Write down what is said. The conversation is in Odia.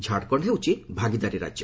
ଝାଡ଼ଖଣ୍ଡ ହେଉଛି ଭାଗିଦାରୀ ରାଜ୍ୟ